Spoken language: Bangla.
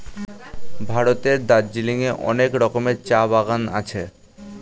ভারতের দার্জিলিং এ অনেক রকমের চা বাগান আছে